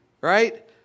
Right